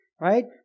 right